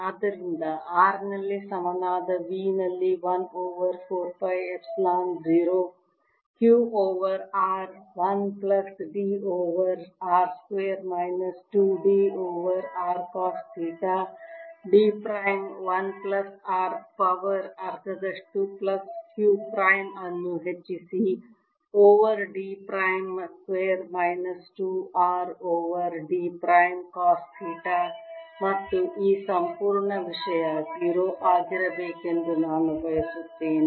ಆದ್ದರಿಂದ R ನಲ್ಲಿ ಸಮನಾದ V ನಲ್ಲಿ 1 over 4 pi epsilon 0 q over r 1 plus d over r square minus 2 d over r cos theta d prime 1 plus r power ಅರ್ಧದಷ್ಟು plus q prime ಅನ್ನು ಹೆಚ್ಚಿಸಿ over d prime square minus 2 r over d prime cos theta ಮತ್ತು ಈ ಸಂಪೂರ್ಣ ವಿಷಯ 0 ಆಗಿರಬೇಕೆಂದು ನಾನು ಬಯಸುತ್ತೇನೆ